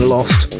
Lost